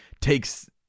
takes